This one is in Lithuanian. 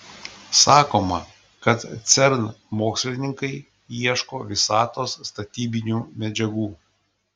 sakoma kad cern mokslininkai ieško visatos statybinių medžiagų